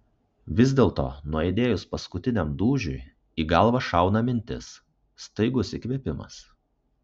vis dėlto nuaidėjus paskutiniam dūžiui į galvą šauna mintis staigus įkvėpimas